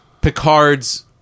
Picard's